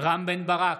רם בן ברק,